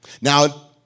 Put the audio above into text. Now